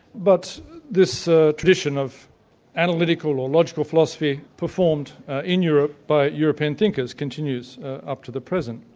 but this ah tradition of analytical or logical philosophy performed in europe by european thinkers, continues up to the present.